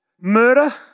murder